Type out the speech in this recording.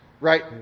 Right